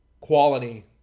quality